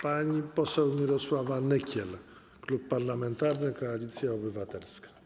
Pani poseł Mirosława Nykiel, Klub Parlamentarny Koalicja Obywatelska.